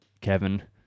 Kevin